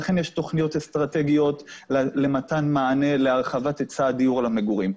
לכן יש תכניות אסטרטגיות למתן מענה להרחבת היצע הדיור למגורים.